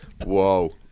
Whoa